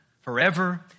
forever